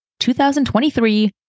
2023